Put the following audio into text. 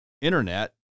internet